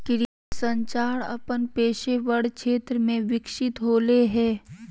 कृषि संचार अपन पेशेवर क्षेत्र में विकसित होले हें